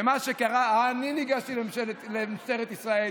ומה שקרה, אני ניגשתי למשטרת ישראל,